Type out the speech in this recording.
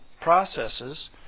processes